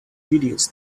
videos